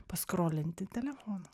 paskrolinti telefoną